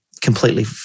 completely